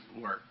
work